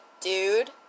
dude